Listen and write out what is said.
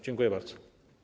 Dziękuję bardzo.